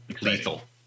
lethal